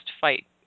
fight